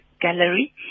gallery